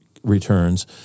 returns